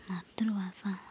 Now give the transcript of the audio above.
ମାତୃଭାଷା